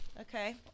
Okay